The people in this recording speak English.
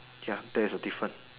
ya there's a difference